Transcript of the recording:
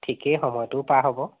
ঠিকে সময়টোও পাৰ হ'ব